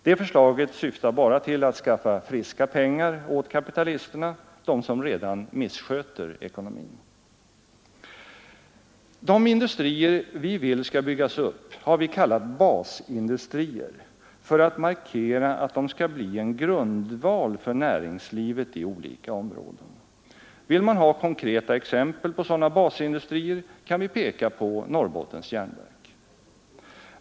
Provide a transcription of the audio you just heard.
Det förslaget syftar bara till att skaffa friska pengar åt kapitalisterna — de som redan missköter ekonomin. De industrier vi vill skall byggas upp har vi kallat basindustrier för att markera att de skall bli en grundval för näringslivet i olika områden. Vill man ha konkreta exempel på sådana basindustrier kan vi peka på Norrbottens Järnverk.